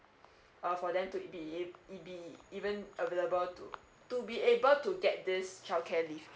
uh for them to be ev~ be even available to to be able to get this childcare leave